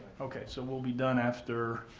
okay. so, we'll be done after